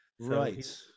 Right